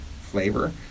flavor